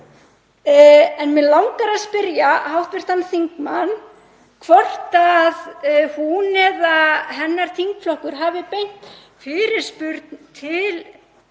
En mig langar að spyrja hv. þingmann hvort að hún eða hennar þingflokkur hafi beint fyrirspurn til